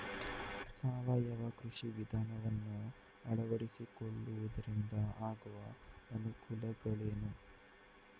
ಸಾವಯವ ಕೃಷಿ ವಿಧಾನವನ್ನು ಅಳವಡಿಸಿಕೊಳ್ಳುವುದರಿಂದ ಆಗುವ ಅನುಕೂಲಗಳೇನು?